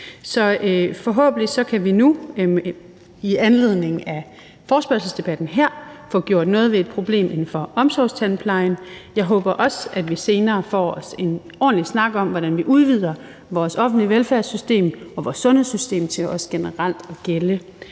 Forhåbentlig kan vi nu i anledning af forespørgselsdebatten her få gjort noget ved et problem inden for omsorgstandplejen. Jeg håber også, at vi senere får os en ordentlig snak om, hvordan vi udvider vores offentlige velfærdssystem og vores sundhedssystem til også generelt at gælde